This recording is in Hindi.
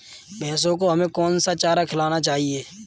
भैंसों को हमें कौन सा चारा खिलाना चाहिए?